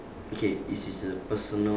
okay this is the personal